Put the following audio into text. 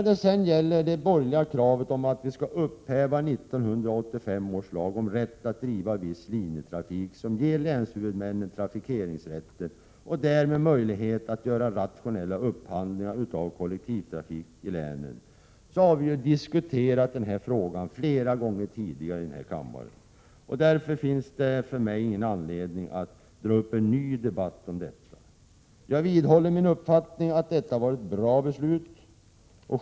De borgerliga har ett krav på att vi skall upphäva 1985 års lag om rätten att driva viss linjetrafik, som ger länshuvudmännen trafikeringsrättigheter och därmed möjligheter att göra rationella upphandlingar av kollektivtrafiken i länen. Denna fråga har vi diskuterat flera gånger tidigare i kammaren. Det finns därför ingen anledning för mig att dra upp en ny debatt om detta. Jag vidhåller min uppfattning om att detta var ett bra beslut.